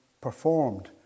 performed